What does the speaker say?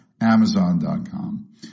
amazon.com